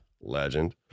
Legend